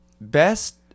Best